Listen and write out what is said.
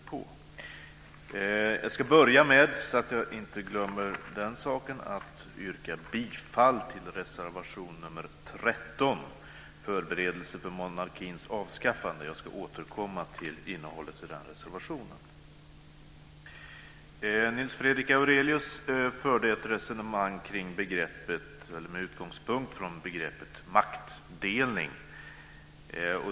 För att inte glömma bort det ska jag redan inledningsvis yrka bifall till reservation nr 13, Förberedelser för monarkins avskaffande. Jag återkommer senare till innehållet i den reservationen. Nils Fredrik Aurelius förde ett resonemang med utgångspunkt i begreppet maktdelning.